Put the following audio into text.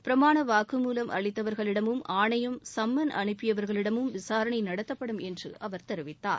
பிரமாண வாக்குமூலம் அளித்தவர்களிடமும் ஆணையம் சம்மன் அனுப்பியவர்களிடமும் விசாரணை நடத்தப்படும் என்று அவர் தெரிவித்தார்